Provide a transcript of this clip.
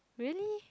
really